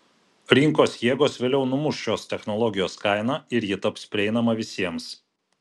rinkos jėgos vėliau numuš šios technologijos kainą ir ji taps prieinama visiems